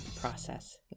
process